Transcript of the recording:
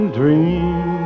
dream